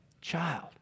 child